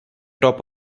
top